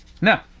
Now